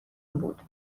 بود